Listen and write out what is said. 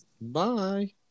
Bye